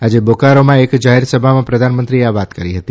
આજે બોકારોમાં એક જાહેર સભામાં પ્રધાનમંત્રીએ આ વાત કરી હતી